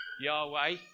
yahweh